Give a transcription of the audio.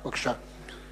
בבקשה, אבל לא יותר.